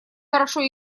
хорошо